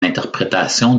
interprétation